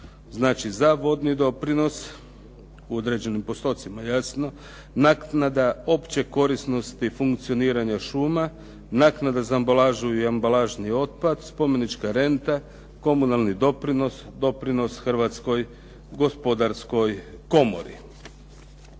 znači za vodni doprinos u određenim postocima jasno, naknada opće korisnosti funkcioniranja šuma, naknada za ambalažu i ambalažni otpad, spomenička renta, komunalni doprinos, doprinos Hrvatskoj gospodarskoj komori.